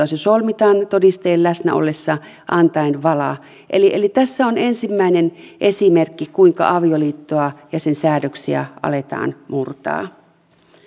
se solmitaan todistajien läsnä ollessa antaen vala eli eli tässä on ensimmäinen esimerkki kuinka avioliittoa ja sen säädöksiä aletaan murtaa